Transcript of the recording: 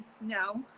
no